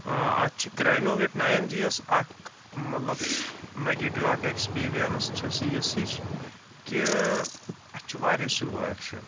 اَتھ چھُ کِراینوویٹ نایِن جی یَس اَکھ مطلب نگیٹِو اکھ ایکٕسپیٖریَنٕس چھَس یِژھ ہِش کہِ اتھ چھُ واریاہ سٕلو ایٚکشَن